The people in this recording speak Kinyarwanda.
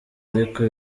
ariko